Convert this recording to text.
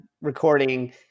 recording